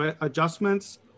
adjustments